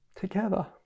Together